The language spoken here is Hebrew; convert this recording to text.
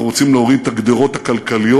אנחנו רוצים להוריד את הגדרות הכלכליות